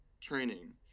training